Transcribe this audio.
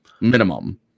minimum